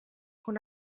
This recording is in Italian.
con